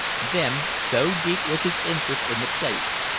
then so deep was his interest in the place,